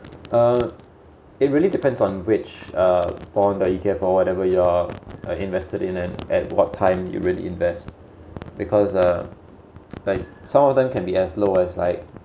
uh it really depends on which uh bond that you get for whatever you're uh invested in and at what time you really invest because uh like some of them can be as low as like